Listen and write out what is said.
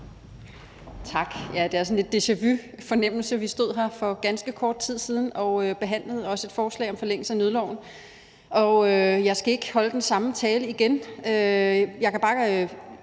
mig sådan lidt en deja-vu-fornemmelse. Vi stod her for ganske kort tid siden og behandlede også et forslag om forlængelse af nødloven. Jeg skal ikke holde den samme tale igen,